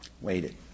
Waited